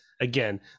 again